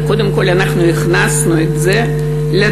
קודם כול אנחנו הכנסנו את זה לתקציב,